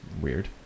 weird